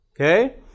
Okay